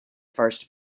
first